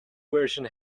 version